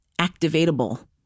activatable